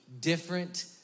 different